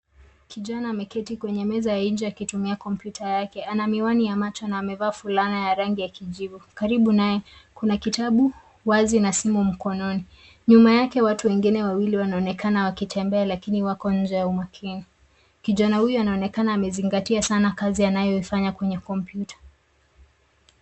Kijana ameketi kwenye meza ya nje akitumia kompyuta yake. Ana miwani ya macho na amevaa fulana ya rangi ya kijivu. Karibu naye kuna kitabu wazi na simu mkononi. Nyuma yake watu wengine wawili wanaonekana wakitmbea lakini wako nje ya umakini. Kijana huyo anaonekana amezingatia sana kazi anayoifaya kwenye kompyuta.